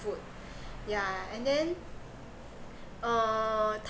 food yeah and then uh